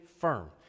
firm